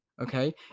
okay